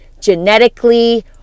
genetically